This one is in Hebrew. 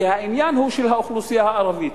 כשהעניין הוא של האוכלוסייה הערבית.